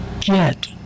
get